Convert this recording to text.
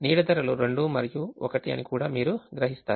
నీడ ధరలు 2 మరియు 1 అని కూడా మీరు గ్రహిస్తారు